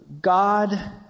God